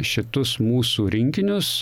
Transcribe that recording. šitus mūsų rinkinius